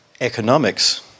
economics